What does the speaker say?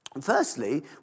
Firstly